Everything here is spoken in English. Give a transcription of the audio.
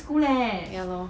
ya lor